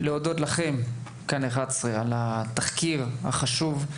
אני גם רוצה להודות לכאן 11 על התחקיר החשוב.